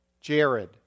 Jared